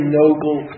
noble